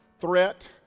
threat